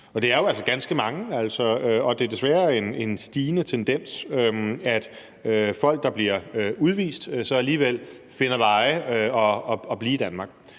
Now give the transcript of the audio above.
det er jo altså ganske mange, og det er desværre en stigende tendens, at folk, der bliver udvist, så alligevel finder veje til at blive i Danmark.